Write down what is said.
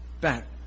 back